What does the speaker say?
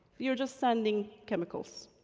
we are just sending chemicals.